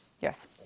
Yes